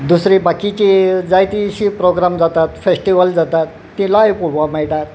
दुसरी बाकिची जायतीशी प्रोग्राम जातात फेस्टिवल जातात ती लायव्ह पोवपाक मेळटात